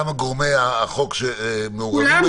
גם גורמי החוק המעורבים בעניין הזה.